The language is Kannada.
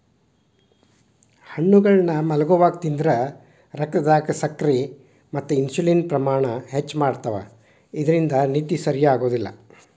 ಹಣ್ಣುಗಳನ್ನ ಮಲ್ಗೊವಾಗ ತಿಂದ್ರ ರಕ್ತದಾಗ ಸಕ್ಕರೆ ಮತ್ತ ಇನ್ಸುಲಿನ್ ಪ್ರಮಾಣ ಹೆಚ್ಚ್ ಮಾಡ್ತವಾ ಇದ್ರಿಂದ ನಿದ್ದಿ ಸರಿಯಾಗೋದಿಲ್ಲ